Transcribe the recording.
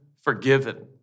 forgiven